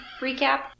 recap